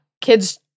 kids